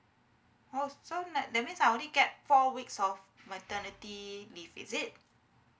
oh so that that means I only get four weeks of maternity leave is it